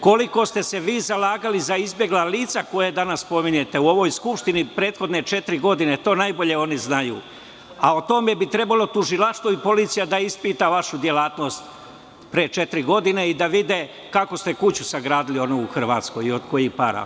Koliko ste se vi zalagali za izbegla lica koja danas spominjete u ovoj Skupštini u prethodne četiri godine, to najbolje oni znaju, a o tome mi trebalo tužilaštvo i policija da ispita vašu delatnost pre četiri godine i da vide kako ste sagradili onu kuću u Hrvatskoj i od kojih para.